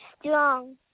strong